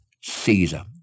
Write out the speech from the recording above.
Caesar